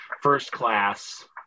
first-class